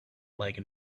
like